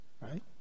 Right